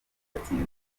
yatsinze